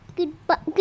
Goodbye